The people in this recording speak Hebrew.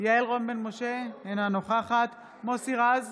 יעל רון בן משה, אינה נוכחת מוסי רז,